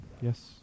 Yes